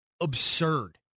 absurd